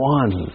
one